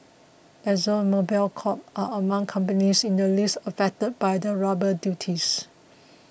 Exxon Mobil Corp are among companies in the list affected by the rubber duties